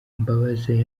mbabazi